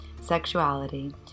sexuality